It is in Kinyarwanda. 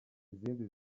izindi